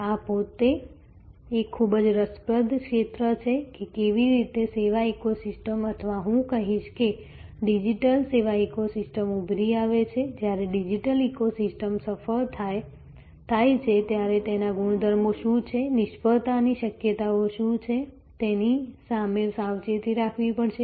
આ પોતે એક ખૂબ જ રસપ્રદ ક્ષેત્ર છે કે કેવી રીતે સેવા ઇકોસિસ્ટમ્સ અથવા હું કહીશ કે ડિજિટલ સેવા ઇકોસિસ્ટમ્સ ઉભરી આવે છે જ્યારે ડિજિટલ ઇકોસિસ્ટમ સફળ થાય છે ત્યારે તેના ગુણધર્મો શું છે નિષ્ફળતાની શક્યતાઓ શું છે તેની સામે સાવચેતી રાખવી પડશે